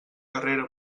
carrera